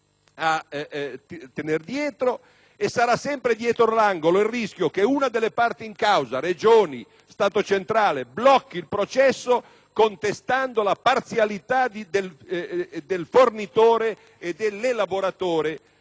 a tener dietro e sarà sempre dietro l'angolo il rischio che una delle parti in causa (Regioni, Stato centrale) blocchi il processo, contestando la parzialità del fornitore e dell'elaboratore